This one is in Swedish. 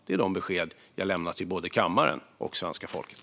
Det är det besked jag lämnat i kammaren och till svenska folket.